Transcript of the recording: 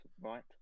right